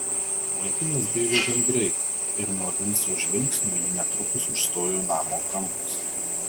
vaikinas bėgo gan greitai ir nuo vinco žvilgsnio jį netrukus užstojo namo kampas